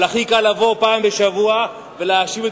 אבל הכי קל לבוא פעם בשבוע ולהאשים את